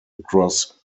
across